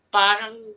parang